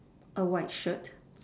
A white shirt